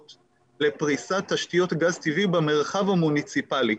לפריסת תשתיות גז טבעי במרחב המוניציפלי.